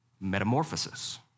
Metamorphosis